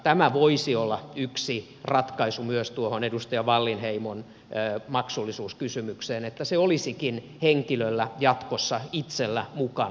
tämä voisi olla yksi ratkaisu myös tuohon edustaja wallinheimon maksullisuuskysymykseen että se olisikin henkilöllä jatkossa itsellä mukana